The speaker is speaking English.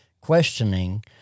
questioning